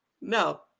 No